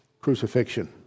crucifixion